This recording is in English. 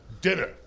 dinner